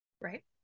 Right